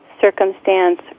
circumstance